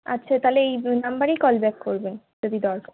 আচ্ছা তাহলে এই নম্বরেই কল ব্যাক করবেন যদি দরকার